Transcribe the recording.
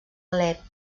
alep